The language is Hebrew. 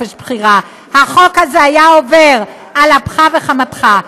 החוק הזה היה עובר על אפך ועל חמתך.